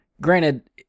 granted